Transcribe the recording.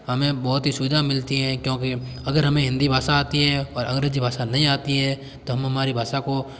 हमें बहुत ही सुविधा मिलती है क्योंकि अगर हमें हिन्दी भाषा आती है और अंग्रेजी भाषा नहीं आती है तो हमारी भाषा को